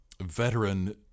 Veteran